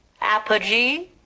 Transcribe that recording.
apogee